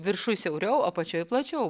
viršuj siauriau o apačioj plačiau